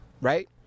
Right